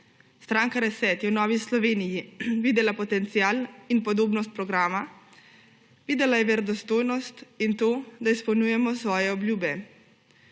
Stranka ReSET je v Novi Sloveniji videla potencial in podobnost programa, videla je verodostojnost in to, da izpolnjujemo svoje obljube.